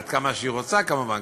עד כמה שהיא רוצה כמובן,